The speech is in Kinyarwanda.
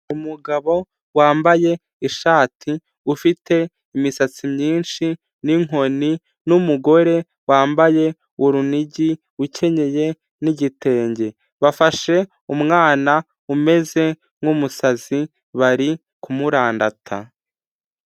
Umugabo wambaye ishati ufite imisatsi myinshi n'inkoni, n'umugore wambaye urunigi ukenyeye n'igitenge. Bafashe umwana umeze nk'umusazi bari kumurandata.